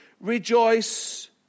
rejoice